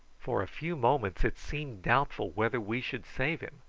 for a few moments it seemed doubtful whether we should save him,